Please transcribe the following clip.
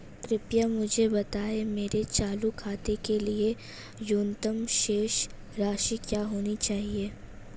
कृपया मुझे बताएं मेरे चालू खाते के लिए न्यूनतम शेष राशि क्या होनी चाहिए?